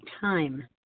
time